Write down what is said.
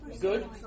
Good